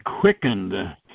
quickened